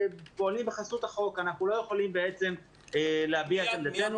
בחסות החוק והם לא יכולים להביע את עמדתם.